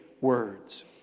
words